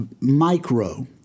micro